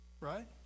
right